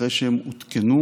אחרי שהם הותקנו,